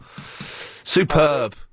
Superb